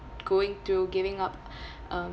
going to giving up um